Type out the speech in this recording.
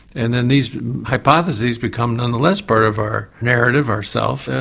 and then these hypotheses become nonetheless part of our narrative, our self,